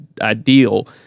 ideal